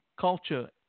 culture